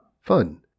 Fun